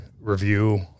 review